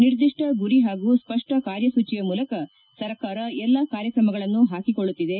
ನಿರ್ದಿಷ್ನ ಗುರಿ ಹಾಗೂ ಸ್ವಪ್ನ ಕಾರ್ಯಸೂಚಿಯ ಮೂಲಕ ಸರಕಾರ ಎಲ್ಲ ಕಾರ್ಯಕ್ರಮಗಳನ್ನು ಹಾಕಿಕೊಳ್ಳುತ್ತಿದೆ